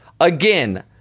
again